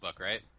right